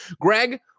greg